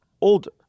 older